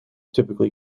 typically